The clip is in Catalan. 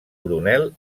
coronel